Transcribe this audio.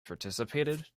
participated